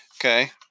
Okay